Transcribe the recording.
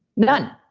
none.